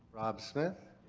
rob smith.